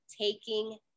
taking